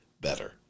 better